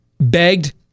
begged